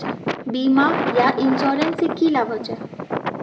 बीमा या इंश्योरेंस से की लाभ होचे?